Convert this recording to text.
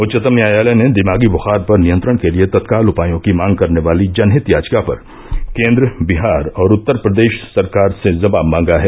उच्चतम न्यायालय ने दिमागी बुखार पर नियंत्रण के लिए तत्काल उपायों की मांग करने वाली जनहित याचिका पर केन्द्र बिहार और उत्तर प्रदेश सरकार से जवाब मांगा है